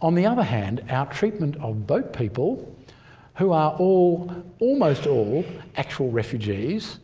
on the other hand, our treatment of boat people who are all almost all actual refugees